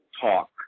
talk